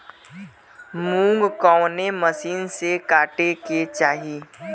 मूंग कवने मसीन से कांटेके चाही?